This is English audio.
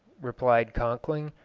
replied conkling,